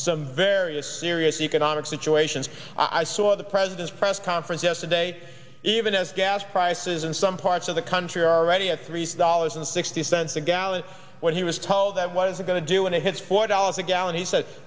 some various serious economic situations i saw the president's press conference yesterday even as gas prices in some parts of the country are already at three dollars and sixty cents a gallon when he was told that was going to do when it hits four dollars a gallon he sa